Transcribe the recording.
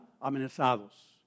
amenazados